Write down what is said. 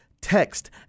text